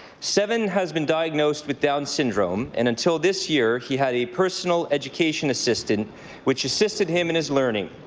seven has been diagnosed with down syndrome and until this year, he had a personal education assistant which assisted him in his learning,